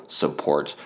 support